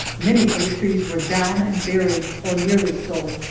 many of the trees were down and buried, or nearly so,